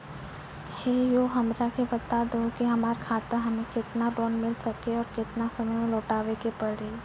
है हो हमरा के बता दहु की हमार खाता हम्मे केतना लोन मिल सकने और केतना समय मैं लौटाए के पड़ी?